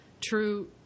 true